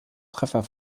treffer